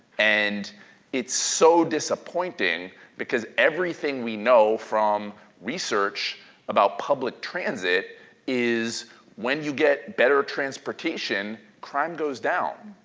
and it's so disappointing because everything we know from research about public transit is when you get better transportation crime goes down.